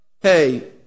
hey